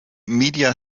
media